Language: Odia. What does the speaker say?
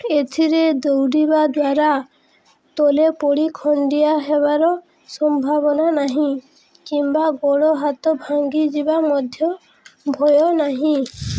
ଏଥିରେ ଦୌଡ଼ିବା ଦ୍ୱାରା ତଳେ ପଡ଼ି ଖଣ୍ଡିଆ ହେବାର ସମ୍ଭାବନା ନାହିଁ କିମ୍ବା ଗୋଡ଼ ହାତ ଭାଙ୍ଗିଯିବା ମଧ୍ୟ ଭୟ ନାହିଁ